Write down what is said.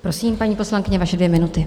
Prosím, paní poslankyně, vaše dvě minuty.